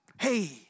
Hey